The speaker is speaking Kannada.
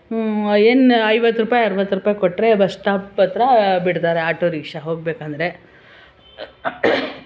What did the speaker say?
ಏನು ಐವತ್ತು ರೂಪಾಯಿ ಅರವತ್ತು ರೂಪಾಯಿ ಕೊಟ್ಟರೆ ಬಸ್ ಶ್ಟಾಪ್ ಹತ್ತಿರ ಬಿಡ್ತಾರೆ ಆಟೋ ರಿಕ್ಷಾ ಹೋಗಬೇಕೆಂದರೆ